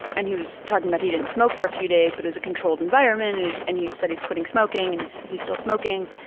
and he was talking about he didn't smoke for a few days but it was a controlled environment and and he said he's quitting smoking and he's he's still smoking.